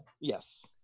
yes